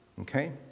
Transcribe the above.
Okay